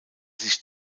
sich